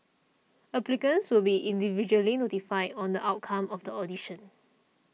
applicants will be individually notified on the outcome of the audition